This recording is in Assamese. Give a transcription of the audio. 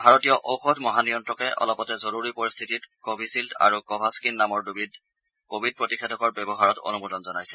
ভাৰতীয় ঔষধ মহানিয়ন্তকে অলপতে জৰুৰী পৰিস্থিতিত কভিধিল্ড আৰু কভাক্সিন নামৰ দুবিধ কোৱিড প্ৰতিষেধকৰ ব্যৱহাৰত অনুমোদন জনাইছে